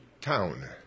town